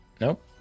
nope